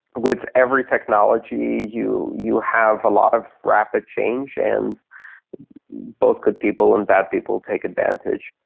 with every technology you you have a lot of rapid change, and both good people and bad people take advantage.